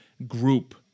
group